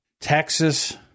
Texas